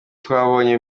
twabonye